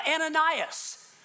Ananias